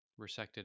resected